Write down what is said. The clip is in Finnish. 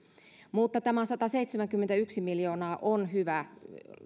mutta tämä sataseitsemänkymmentäyksi miljoonaa on hyvä